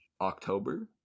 October